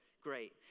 Great